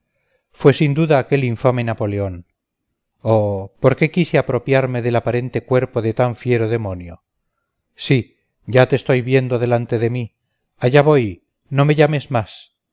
fue sin duda aquel infame napoleón oh por qué quise apropiarme el aparente cuerpo de tan fiero demonio sí ya te estoy viendo delante de mí allá voy no me llames más